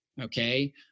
Okay